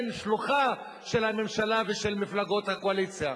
שלוחה של הממשלה ושל מפלגות הקואליציה.